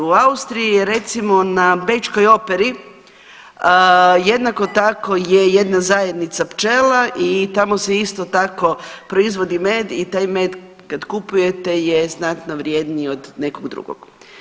U Austriji je recimo na bečkoj operi jednako tako je jedna zajednica pčela i tamo se isto tako proizvodi med i taj med kad kupujete je znatno vrijedniji od nekog drugog.